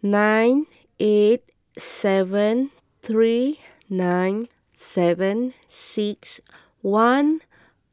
nine eight seven three nine seven six one